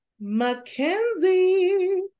Mackenzie